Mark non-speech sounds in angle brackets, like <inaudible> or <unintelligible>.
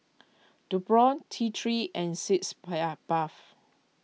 Nepro T three and Sitz <unintelligible> Bath